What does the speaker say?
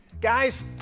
Guys